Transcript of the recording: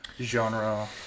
genre